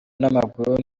n’amaguru